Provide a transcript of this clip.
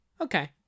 okay